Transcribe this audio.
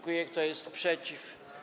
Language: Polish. Kto jest przeciw?